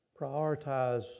prioritize